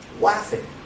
laughing